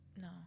No